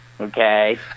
okay